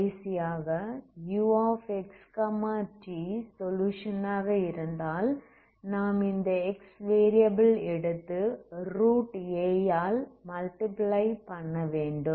கடைசியாக uxt solution ஆக இருந்தால் நாம் இந்த x வேரியபில் எடுத்து a ஆல் மல்டிப்ளை பண்ணவேண்டும்